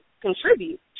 contribute